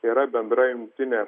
yra bendra jungtinė